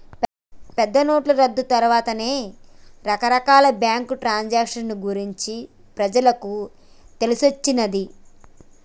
పెద్దనోట్ల రద్దు తర్వాతే రకరకాల బ్యేంకు ట్రాన్సాక్షన్ గురించి జనాలకు తెలిసొచ్చిన్నాది